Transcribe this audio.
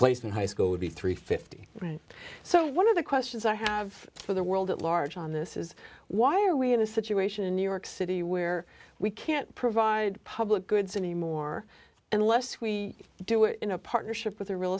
replacement high school would be three fifty so one of the questions i have for the world at large on this is why are we in a situation in new york city where we can't provide public goods anymore unless we do it in a partnership with a real